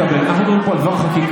אנחנו מדברים פה על דבר חקיקה.